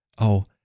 Oh